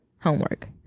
homework